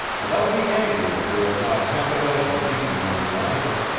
and i'll be angry if there are not half a dozen to meet me when i land.